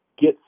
get